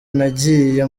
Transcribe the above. nagiye